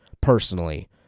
personally